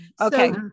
Okay